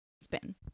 spin